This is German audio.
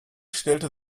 stellte